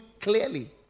clearly